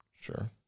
Sure